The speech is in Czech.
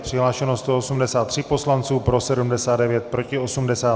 Přihlášeno 183 poslanců, pro 79, proti 83.